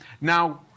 Now